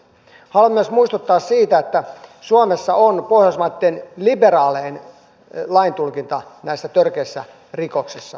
haluan myös muistuttaa siitä että suomessa on pohjoismaitten liberaalein laintulkinta törkeissä rikoksissa